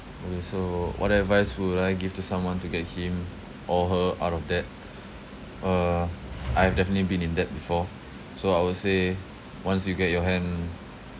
okay so what advice would I give to someone to get him or her out of debt uh I have definitely been in debt before so I would say once you get your hand